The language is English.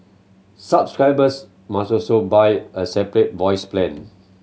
subscribers must also buy a separate voice plan